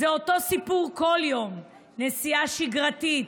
זה אותו סיפור בכל יום: נסיעה שגרתית,